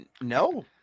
no